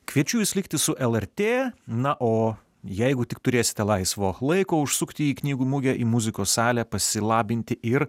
kviečiu jus likti su lrt na o jeigu tik turėsite laisvo laiko užsukti į knygų mugę į muzikos salę pasilabinti ir